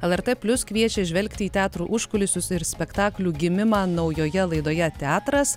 lrt plius kviečia žvelgti į teatrų užkulisius ir spektaklių gimimą naujoje laidoje teatras